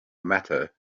matter